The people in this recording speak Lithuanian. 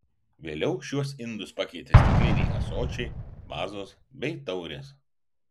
vėliau šiuos indus pakeitė stikliniai ąsočiai vazos bei taurės